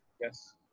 Yes